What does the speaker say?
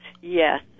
yes